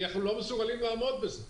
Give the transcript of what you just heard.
אנחנו לא מסוגלים לעמוד בזה.